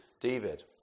David